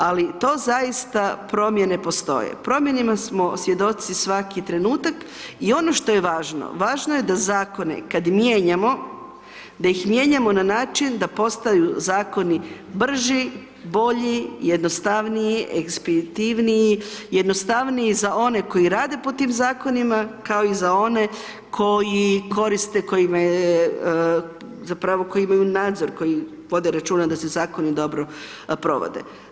Ali to zaista, promijene postoje, promjenama smo svjedoci svaki trenutka i ono što je važno, važno je da Zakone kad mijenjamo, da ih mijenjamo na način da postaju Zakoni brži, bolji, jednostavniji, ekspeditivniji, jednostavniji za one koji rade po tim Zakonima kao i za one koji koriste, kojima je, zapravo koji imaju nadzor, koji vode računa da se Zakoni dobro provode.